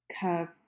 curve